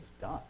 done